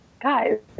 guys